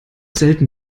selten